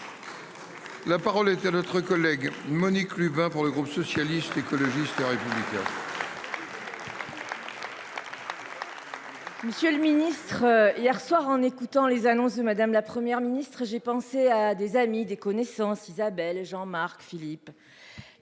La parole est à notre collègue Monique Lubin pour le groupe socialiste écologiste. Monsieur le ministre, hier soir, en écoutant les annonces de madame, la Première ministre et j'ai pensé à des amis des connaissances Isabelle Jean-Marc Philippe.